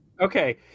Okay